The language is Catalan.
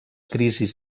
crisis